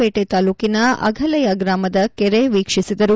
ಪೇಟೆ ತಾಲ್ಲೂಕಿನ ಅಫಲಯ ಗ್ರಾಮದ ಕೆರೆ ವೀಕ್ಷಿಸಿದರು